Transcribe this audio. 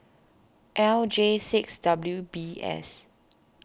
L J six W B S